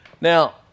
Now